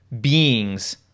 beings